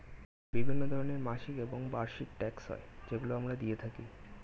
বিভিন্ন ধরনের মাসিক এবং বার্ষিক ট্যাক্স হয় যেগুলো আমরা দিয়ে থাকি